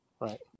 right